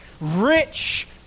rich